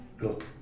look